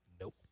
Nope